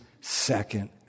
second